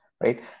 right